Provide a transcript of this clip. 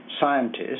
scientists